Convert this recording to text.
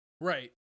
Right